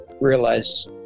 realize